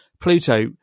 Pluto